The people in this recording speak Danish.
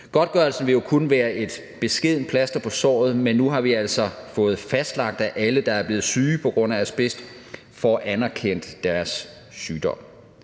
Godtgørelsen vil jo kun være et beskedent plaster på såret, men nu har vi altså fået fastlagt, at alle, der er blevet syge på grund af asbest, får anerkendt deres sygdom.